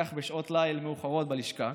כך בשעות ליל מאוחרות בלשכה,